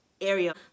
area